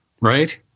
right